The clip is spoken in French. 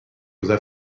choses